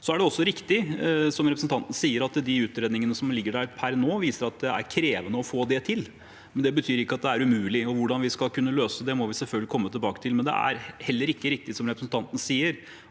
representanten sier, at de utredningene som ligger der per nå, viser at det er krevende å få det til, men det betyr ikke at det er umulig. Hvordan vi skal kunne løse det, må vi selvfølgelig komme tilbake til. Men det er heller ikke riktig, det representanten sier